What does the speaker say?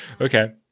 Okay